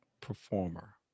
performer